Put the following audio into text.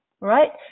right